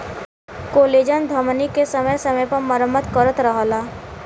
collagen धमनी के समय समय पर मरम्मत करत रहला